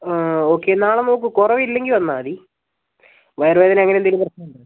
okay നാളെ നമുക്ക് കുറവില്ലെങ്കിൽ വന്നാൽ മതി വയറുവേദന അങ്ങനെ എന്തേലും പ്രശ്നം ഉണ്ടോ